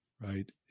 right